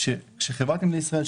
כשחברת נמלי ישראל,